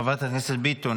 חברת הכנסת ביטון,